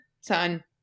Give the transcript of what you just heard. son